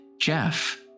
Jeff